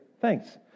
Thanks